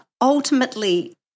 ultimately